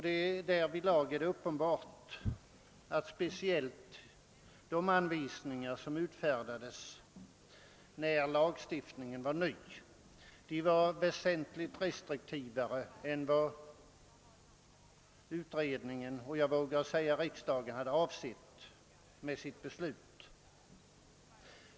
Det är uppenbart att de anvisningar som utfärdades när lagstiftningen var ny var väsentligt restriktivare än vad utredningen — och jag vågar säga riksdagen — hade avsett.